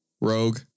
rogue